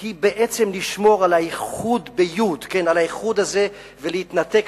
היא בעצם לשמור על הייחוד הזה ולהתנתק